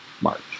March